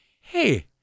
Hey